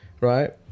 right